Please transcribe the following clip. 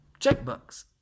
checkbooks